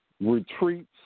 retreats